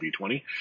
V20